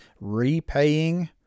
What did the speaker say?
repaying